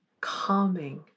calming